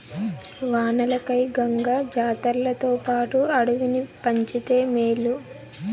వానలకై గంగ జాతర్లతోపాటు అడవిని పంచితే మేలు